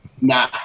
nah